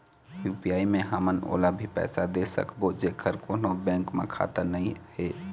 UPI मे हमन ओला भी पैसा दे सकबो जेकर कोन्हो बैंक म खाता नई हे?